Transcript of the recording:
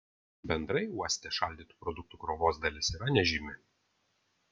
bendrai uoste šaldytų produktų krovos dalis yra nežymi